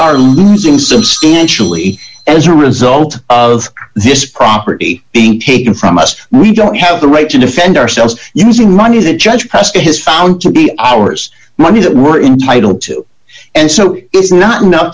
are losing substantially as a result of this property being taken from us we don't have the right to defend ourselves using money that judge has found to be ours money that we're entitled to and so it's not enough